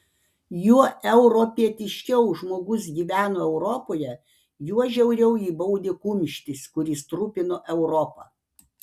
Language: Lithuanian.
juo europietiškiau žmogus gyveno europoje juo žiauriau jį baudė kumštis kuris trupino europą